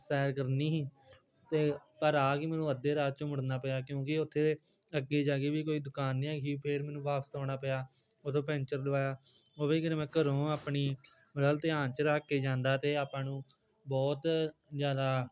ਸੈਰ ਕਰਨੀ ਹੀ ਅਤੇ ਪਰ ਆ ਕੇ ਮੈਨੂੰ ਅੱਧੇ ਰਾਹ 'ਚੋ ਮੁੜਨਾ ਪਿਆ ਕਿਉਂਕਿ ਉੱਥੇ ਅੱਗੇ ਜਾ ਕੇ ਵੀ ਕੋਈ ਦੁਕਾਨ ਨਹੀਂ ਹੈਗੀ ਹੀ ਫਿਰ ਮੈਨੂੰ ਵਾਪਸ ਆਉਣਾ ਪਿਆ ਉੱਥੋਂ ਪੈਂਚਰ ਲਵਾਇਆ ਉਹ ਵੀ ਮੈਂ ਘਰੋਂ ਆਪਣੀ ਥੋੜ੍ਹਾ ਧਿਆਨ 'ਚ ਰੱਖ ਕੇ ਜਾਂਦਾ ਤਾਂ ਆਪਾਂ ਨੂੰ ਬਹੁਤ ਜ਼ਿਆਦਾ